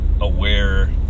aware